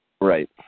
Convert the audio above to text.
Right